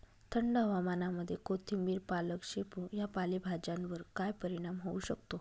थंड हवामानामध्ये कोथिंबिर, पालक, शेपू या पालेभाज्यांवर काय परिणाम होऊ शकतो?